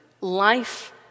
life